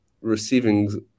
receiving